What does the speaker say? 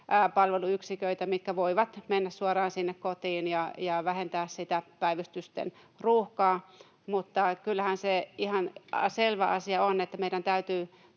palveluyksiköitä, mitkä voivat mennä suoraan sinne kotiin ja vähentää sitä päivystysten ruuhkaa, mutta kyllähän se ihan selvä asia on, että meidän täytyy